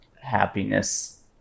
happiness